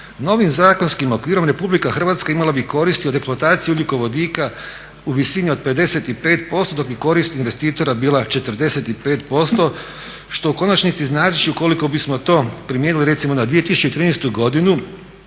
Novim zakonskim okvirom Republika Hrvatska imala bi koristi od eksploatacije ugljikovodika u visini od 55% dok bi korist investitora bila 45% što u konačnici znači ukoliko bismo to primijenili recimo na 2013. godinu